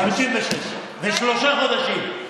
56 ושלושה חודשים.